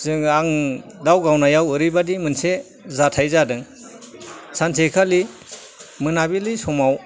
आं दाव गावनायाव ओरैबादि मोनसे जाथाइ जादों सानसेखालि मोनाबिलि समाव